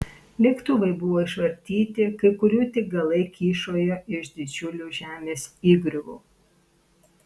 lėktuvai buvo išvartyti kai kurių tik galai kyšojo iš didžiulių žemės įgriuvų